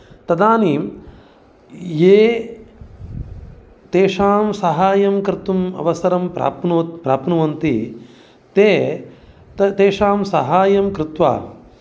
तदानीं ये तेषां साहाय्यं कर्तुम् अवसरं प्राप्नो प्राप्नुवन्ति ते तेषां साहाय्यं कृत्वा